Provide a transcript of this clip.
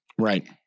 Right